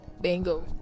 bingo